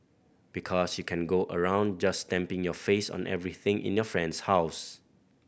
because you can go around just stamping your face on everything in your friend's house